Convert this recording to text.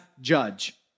judge